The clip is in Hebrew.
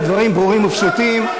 הדברים ברורים ופשוטים.